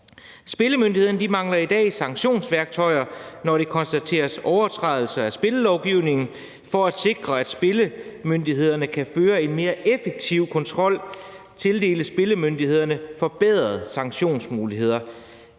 Spillemyndigheden mangler i dag sanktionsværktøjer, når der konstateres overtrædelser af spillelovgivningen. For at sikre, at spillemyndigheden kan føre en mere effektiv kontrol, tildeles spillemyndigheden forbedrede sanktionsmuligheder.